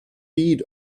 byd